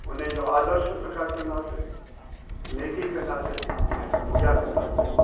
उन जो आदरु सत्कारु कंदासीं नेकी कंदासीं ऐं पूजा कंदासीं